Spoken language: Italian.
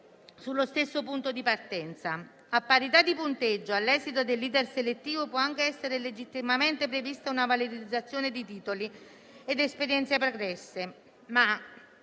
allo stesso punto di partenza. A parità di punteggio all'esito dell'*iter* selettivo, può anche essere legittimamente prevista una valorizzazione di titoli ed esperienze pregresse,